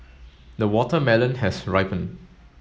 the watermelon has ripened